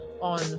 on